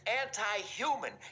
anti-human